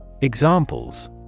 Examples